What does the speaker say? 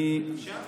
אפשר?